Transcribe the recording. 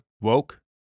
Woke